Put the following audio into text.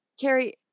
Carrie